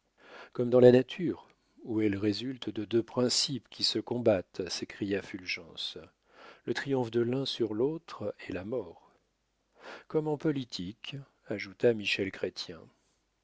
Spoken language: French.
comme dans la nature où elle résulte de deux principes qui se combattent s'écria fulgence le triomphe de l'un sur l'autre est la mort comme en politique ajouta